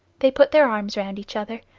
they put their arms round each other,